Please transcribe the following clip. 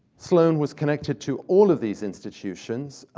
sloane was connected to all of these institutions.